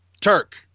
Turk